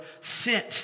sent